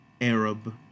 Arab